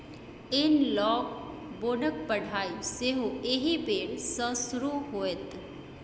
एनलॉग बोनक पढ़ाई सेहो एहि बेर सँ शुरू होएत